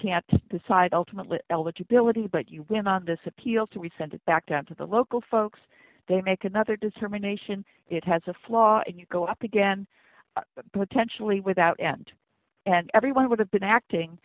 can't decide ultimately eligibility but you win on this appeal to we send it back down to the local folks they make another determination it has a flaw and you go up again potentially without end and everyone would have been acting